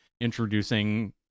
introducing